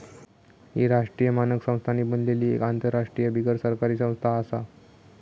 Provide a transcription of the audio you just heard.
ही राष्ट्रीय मानक संस्थांनी बनलली एक आंतरराष्ट्रीय बिगरसरकारी संस्था आसा